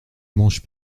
mange